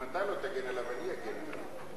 אם אתה לא תגן עליו, אני אגן עליו.